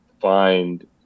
find